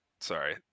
Sorry